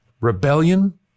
rebellion